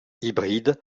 hybride